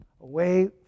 away